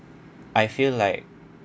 I feel like